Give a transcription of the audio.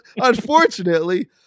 unfortunately